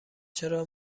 چرا